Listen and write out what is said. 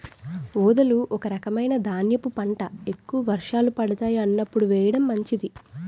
ఊదలు ఒక రకమైన ధాన్యపు పంట, ఎక్కువ వర్షాలు పడతాయి అన్నప్పుడు వేయడం మంచిది